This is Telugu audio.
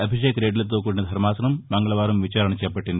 అభిషేక్రెద్దిలతో కూడిన ధర్మాననం మంగకవారం విచారణ చేపట్టింది